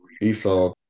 Esau